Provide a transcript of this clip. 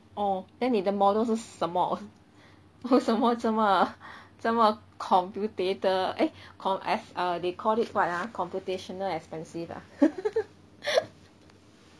oh then 你的 model 是什么为什么这么 这么 computatal eh com~ as err they call it [what] ah computational expensive ah